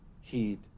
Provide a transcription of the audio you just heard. heed